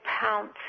pounce